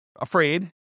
afraid